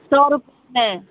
सौ रुपये